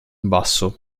basso